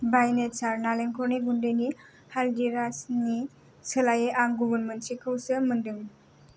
बाइ nature नालेंखरनि गुन्दैनि हालदिराम्सनि सोलायै आं गुबुन मोनसेखौसो मोनदों